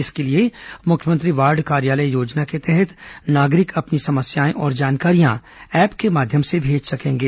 इसके लिए मुख्यमंत्री वार्ड कार्यालय योजना के तहत नागरिक अपनी समस्याएं और जानकारियां ऐप के माध्यम से भेज सकेंगे